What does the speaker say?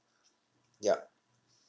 yup